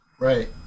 Right